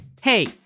Hey